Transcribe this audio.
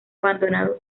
abandonado